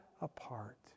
apart